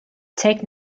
take